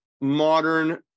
modern